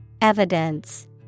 Evidence